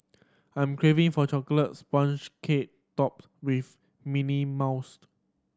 I'm craving for a chocolate sponge cake topped with mint mousse